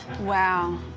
Wow